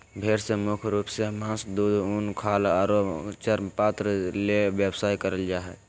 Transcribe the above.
भेड़ से मुख्य रूप से मास, दूध, उन, खाल आरो चर्मपत्र ले व्यवसाय करल जा हई